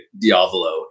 Diavolo